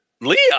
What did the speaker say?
Leah